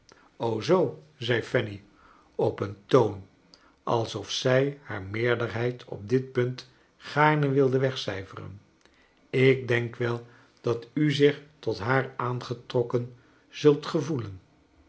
zoo zei fanny op een toon alsof zij haar meerderheid op dit punt gaarne wilde wegcijferen ik denk wel dat u zich tot haar aangetrokken zult gevoelen